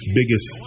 biggest